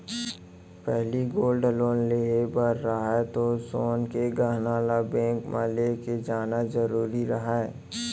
पहिली gold loan लेहे बर रहय तौ सोन के गहना ल बेंक म लेके जाना जरूरी रहय